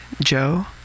Joe